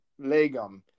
Legum